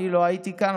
אני לא הייתי כאן,